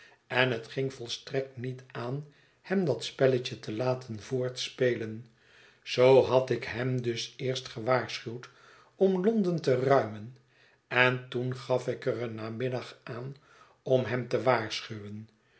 en het ging volstrekt niet aan hem dat spelletje te laten voortspelen zoo had ik hem dus eerst gewaarschuwd om londen te ruimen en toen gaf ik er een namiddag aan om hem te waarschuwen